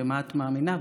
במה את מאמינה?